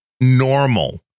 normal